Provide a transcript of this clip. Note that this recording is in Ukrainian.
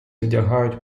вдягають